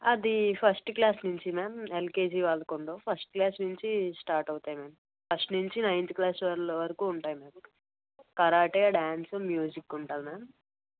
అది first class నుంచి ma'am LKG వాళ్ళకు ఉండవు ఫస్ట్ క్లాస్ నుంచి స్టార్ట్ అవుతాయి మ్యామ్ ఫస్ట్ నుంచి నైన్త్ క్లాస్ వాళ్ళ వరకు ఉంటాయి మ్యామ్ కరాటే డ్యాన్స్ మ్యూజిక్ ఉంటుంది మ్యామ్